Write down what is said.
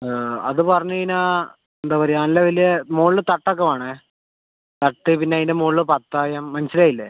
അതു പറഞ്ഞു കഴിഞ്ഞാൽ എന്താ പറയുക നല്ല വലിയ മുകളിൽ തട്ടൊക്കെ വേണമെങ്കിൽ തട്ട് പിന്നെ അതിൻ്റെ മുകളിൽ പത്തായം മനസ്സിലായില്ലേ